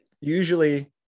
usually